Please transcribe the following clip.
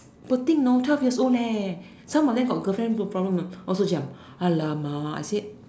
poor thing know twelve year old some of them got girlfriend problem also Cham alamak I said